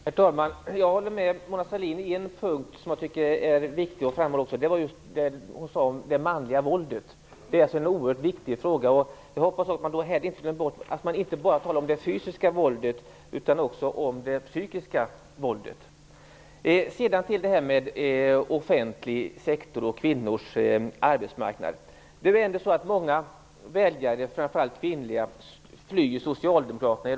Herr talman! Jag håller med Mona Sahlin på en punkt som jag tycker är viktig att framhålla. Det gäller det hon sade om det manliga våldet. Det är en oerhört viktig fråga. Jag hoppas man inte glömmer bort att man inte bara skall tala om det fysiska våldet, utan också om det psykiska våldet. Sedan till det här med offentlig sektor och kvinnors arbetsmarknad. Många väljare, framför allt kvinnliga, flyr i dag Socialdemokraterna.